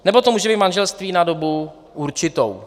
Nebo to může být manželství na dobu určitou.